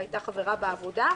שהייתה חברה בעבודה,